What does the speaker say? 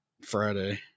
Friday